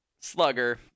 Slugger